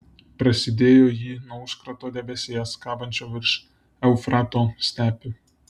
prasidėjo ji nuo užkrato debesies kabančio virš eufrato stepių